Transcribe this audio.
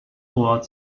award